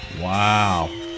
Wow